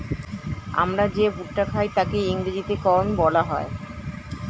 আমরা যে ভুট্টা খাই তাকে ইংরেজিতে কর্ন বলা হয়